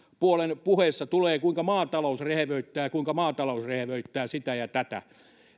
puolen puheessa tulee esille kuinka maatalous rehevöittää kuinka maatalous rehevöittää sitä ja tätä